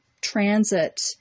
transit